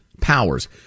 powers